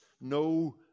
no